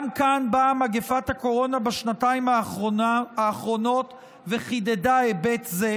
גם כאן באה מגפת הקורונה בשנתיים האחרונות וחידדה היבט זה,